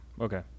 Okay